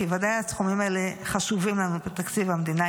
כי ודאי הסכומים האלה חשובים לנו בתקציב המדינה,